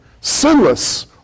sinless